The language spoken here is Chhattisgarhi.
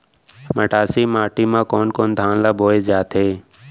मटासी माटी मा कोन कोन धान ला बोये जाथे?